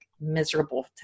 Miserable